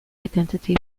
identity